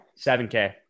7K